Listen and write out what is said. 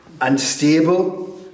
unstable